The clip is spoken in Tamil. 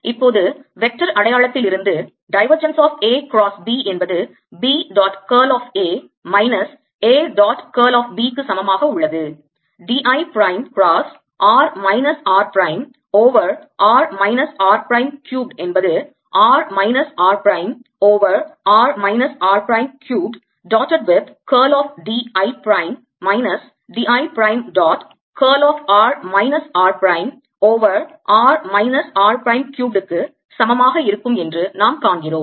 இப்போது வெக்டார் அடையாளத்திலிருந்து divergence of A cross B என்பது B dot curl of A minus A dot curl of B க்கு சமமாக உள்ளது d I prime cross r minus r prime over r minus r prime cubed என்பது r minus r prime over r minus r prime cubed dotted with curl of d I prime minus d I prime dot curl of r minus r prime over r minus r prime cubed க்கு சமமாக இருக்கும் என்று நாம் காண்கிறோம்